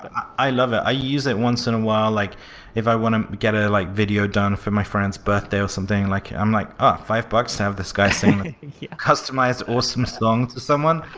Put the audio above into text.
i love that. i use it once in a while, like if i want to get a like video done for my friend's birthday or something. like i'm like, oh, five bucks to have this guy so customize awesome songs to someone.